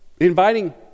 inviting